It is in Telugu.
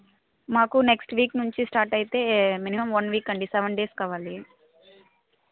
మాకు నెక్స్ట్ వీక్ నుంచి స్టార్ట్ అయితే మినిమం వన్ వీక్ అండి సెవెన్ డేస్ కావాలి